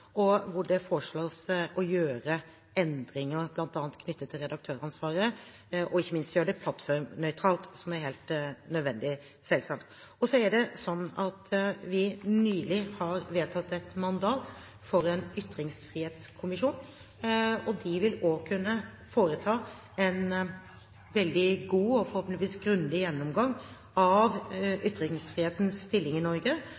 hvor det foreslås å gjøre endringer bl.a. knyttet til redaktøransvaret, og ikke minst gjøre det plattformnøytralt, som selvsagt er helt nødvendig. Så er det slik at vi nylig har vedtatt et mandat for en ytringsfrihetskommisjon, og de vil også kunne foreta en veldig god og forhåpentligvis grundig gjennomgang av ytringsfrihetens stilling i Norge